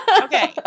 Okay